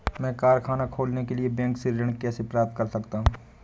मैं कारखाना खोलने के लिए बैंक से ऋण कैसे प्राप्त कर सकता हूँ?